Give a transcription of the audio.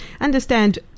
understand